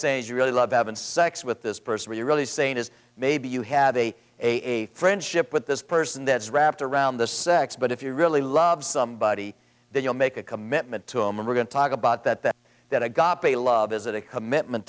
saying is you really love having sex with this person or you're really saying is maybe you have a a friendship with this person that's wrapped around the sex but if you really love somebody then you'll make a commitment to him and we're going to talk about that that that i got the love is a commitment